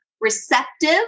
receptive